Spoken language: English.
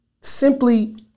simply